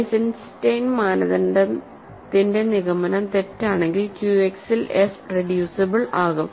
Eisenstein മാനദണ്ഡത്തിന്റെ നിഗമനം തെറ്റാണെങ്കിൽ ക്യു എക്സിൽ എഫ് റെഡ്യൂസിബിൾ ആകും